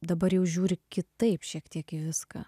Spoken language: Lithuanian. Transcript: dabar jau žiūri kitaip šiek tiek į viską